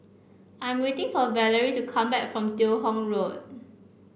I'm waiting for Valerie to come back from Teo Hong Road